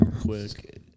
Quick